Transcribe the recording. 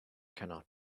cannot